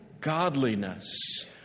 godliness